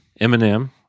Eminem